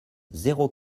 zéro